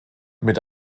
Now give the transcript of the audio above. mit